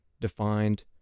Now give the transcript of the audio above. defined